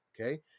okay